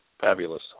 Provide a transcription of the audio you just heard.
Fabulous